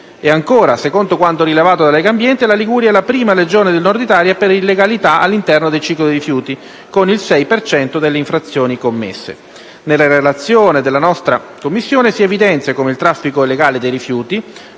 E ancora, secondo quanto rilevato da Legambiente, la Liguria è la prima Regione del Nord Italia per illegalità all'interno del ciclo dei rifiuti, con il 6 per cento delle infrazioni commesse. Nella relazione della nostra Commissione si evidenzia come il traffico illegale dei rifiuti